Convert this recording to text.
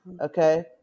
okay